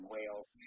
Wales